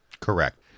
Correct